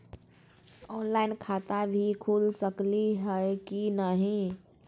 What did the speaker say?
Online खाता भी खुल सकली है कि नही?